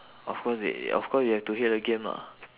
of course they of course you have to hear the game lah